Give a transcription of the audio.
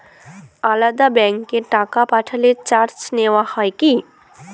আলাদা ব্যাংকে টাকা পাঠালে চার্জ নেওয়া হয় কি?